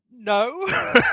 No